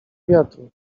wiatru